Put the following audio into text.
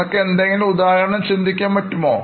നിങ്ങൾക്ക് ഏതെങ്കിലും ഉദാഹരണം ചിന്തിക്കാൻ പറ്റുമോ